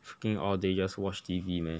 freaking all day just watch T_V meh